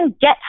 get